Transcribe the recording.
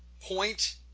point